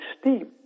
steam